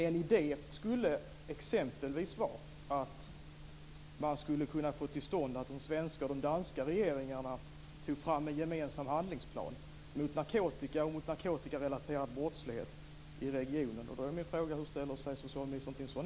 En idé skulle exempelvis vara att man skulle kunna få till stånd att de svenska och danska regeringarna tog fram en gemensam handlingsplan mot narkotika och narkotikarelaterad brottslighet i regionen.